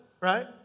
right